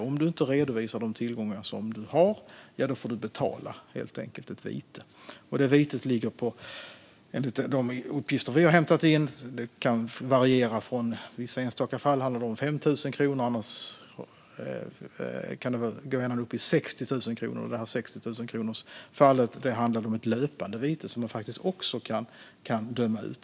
Om du inte redovisar de tillgångar som du har får du helt enkelt betala ett vite. Enligt de uppgifter som vi har hämtat in kan det vitet variera. I vissa enstaka fall handlar det om 5 000 kronor. Det kan vara ända upp till 60 000 kronor. I fallet med 60 000 kronor handlade det om ett löpande vite, som man faktiskt också kan döma ut.